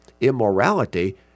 immorality